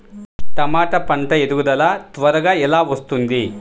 టమాట పంట ఎదుగుదల త్వరగా ఎలా వస్తుంది?